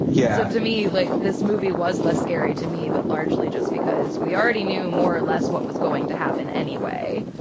yeah to me like this movie was less scary to me but largely just because we already knew more or less what was going to happen anyway.